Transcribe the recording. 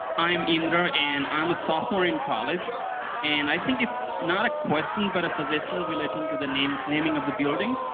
i'm indra and i'm a sophomore in college and i think it's not a question, but a suggestion relating to the naming of the building.